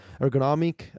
ergonomic